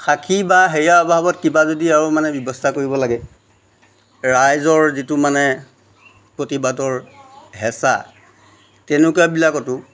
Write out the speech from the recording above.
সাক্ষী বা হেৰিয়া অভাৱত কিবা যদি আৰু মানে ব্যৱস্থা কৰিব লাগে ৰাইজৰ যিটো মানে প্ৰতিবাদৰ হেচা তেনেকুৱা বিলাকতো